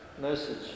message